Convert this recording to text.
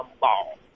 ball